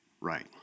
Right